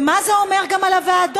ומה זה אומר גם על הוועדות?